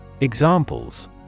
Examples